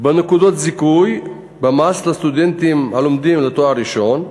בנקודות הזיכוי במס לסטודנטים הלומדים לתואר ראשון,